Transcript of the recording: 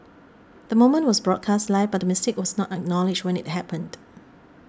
the moment was broadcast live but the mistake was not acknowledged when it happened